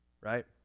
right